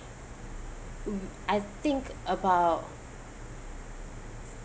I think about